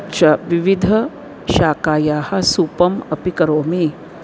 च विविधशाकायाः सूपम् अपि करोमि